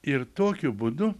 ir tokiu būdu